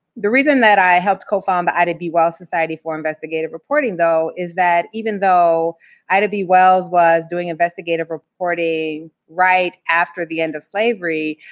the reason that i helped co-found the ida b. wells society for investigative reporting, though, is that even though ida b. wells was doing investigative reporting right after the end of slavery,